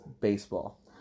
baseball